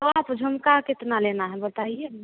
तो आप झुमका कितना लेना है बताइए ना